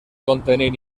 contenir